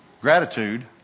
gratitude